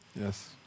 Yes